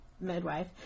midwife